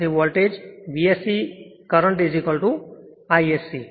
તેથી voltage V s c current Isc